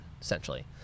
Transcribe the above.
essentially